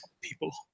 people